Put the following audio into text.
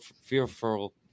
fearful